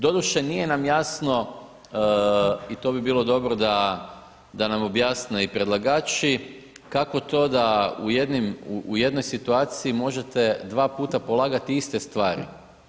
Doduše, nije nam jasno i to bi bilo dobro da nam objasne i predlagači, kako to da u jednoj situaciji možete dva puta polagati iste stvari?